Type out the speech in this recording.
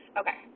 okay